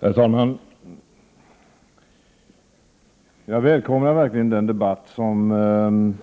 Herr talman! Jag välkomnar verkligen den debatt som